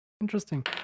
Interesting